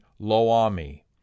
Loami